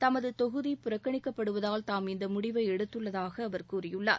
தமது தொகுதி புறக்கணிக்கப்படுவதால் தாம் இந்த முடிவை எடுத்துள்ளதாக அவர் கூறியுள்ளார்